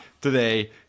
today